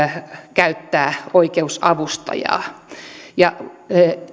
käyttää oikeusavustajaa ja